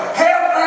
help